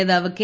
നേതാവ് കെ